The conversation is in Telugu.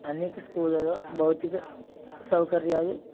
అనేక స్కూళ్ళల్లో భౌతిక సౌకర్యాలు